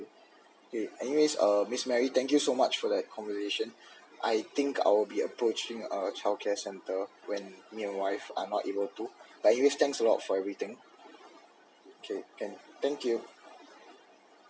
okay anyways um miss mary thank you so much for that conversation I think I'll be approaching a childcare center when me and wife are not able to but anyways thanks a lot for everything okay can thank you